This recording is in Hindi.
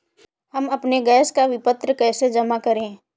हम अपने गैस का विपत्र कैसे जमा करें?